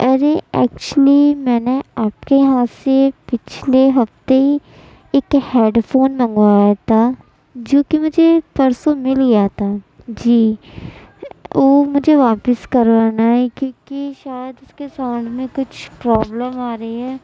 ارے actually میں نے آپ کے یہاں سے پچھلے ہفتے ہی ایک ہیڈ فون منگوایا تھا جوکہ مجھے پرسوں مل گیا تھا جی وہ مجھے واپس کروانا ہے کیوںکہ شاید اس کے ساؤنڈ میں کچھ پرابلم آ رہی ہے